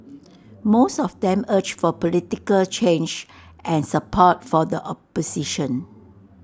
most of them urged for political change and support for the opposition